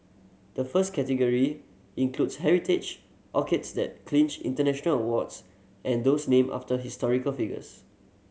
the first category includes heritage orchids that clinched international awards and those named after historical figures